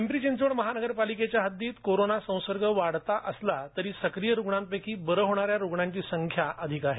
पिंपरी चिंचवड महापालिकेच्या हददीत कोरोनाचा संसर्ग वाढता असला तरी सक्रीय रुग्णांपैंकी बरं होणा या रुग्णांची संख्या अधिक आहे